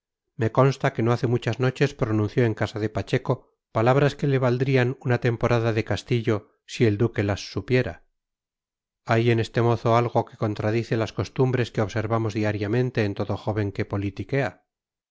me consta que no hace muchas noches pronunció en casa de pacheco palabras que le valdrían una temporada de castillo si el duque las supiera hay en este mozo algo que contradice las costumbres que observamos diariamente en todo joven que politiquea